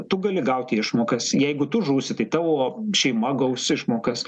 tu gali gauti išmokas jeigu tu žūsi tai tavo šeima gaus išmokas